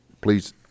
please